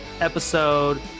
episode